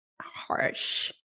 harsh